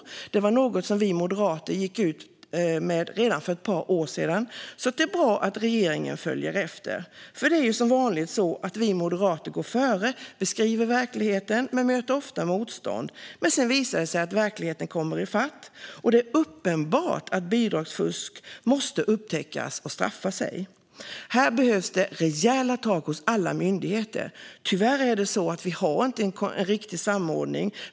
Detta var något som vi moderater gick ut med redan för ett par år sedan. Det är bra att regeringen följer efter, för det är som vanligt så att vi moderater går före och beskriver verkligheten. Vi möter ofta motstånd, men sedan visar det sig att verkligheten kommer i fatt. Det är uppenbart att bidragsfusk måste upptäckas och straffas. Här behövs rejäla tag hos alla myndigheter. Tyvärr är det så att vi inte har en riktig samordning.